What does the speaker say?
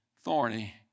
thorny